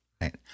Right